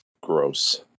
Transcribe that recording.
Gross